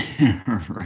Right